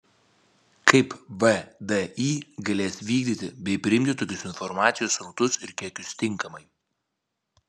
kaip vdi galės vykdyti bei priimti tokius informacijos srautus ir kiekius tinkamai